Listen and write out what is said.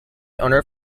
owner